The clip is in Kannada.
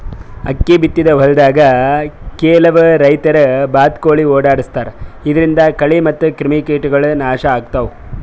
ಅಕ್ಕಿ ಬಿತ್ತಿದ್ ಹೊಲ್ದಾಗ್ ಕೆಲವ್ ರೈತರ್ ಬಾತ್ಕೋಳಿ ಓಡಾಡಸ್ತಾರ್ ಇದರಿಂದ ಕಳಿ ಮತ್ತ್ ಕ್ರಿಮಿಕೀಟಗೊಳ್ ನಾಶ್ ಆಗ್ತಾವ್